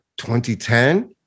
2010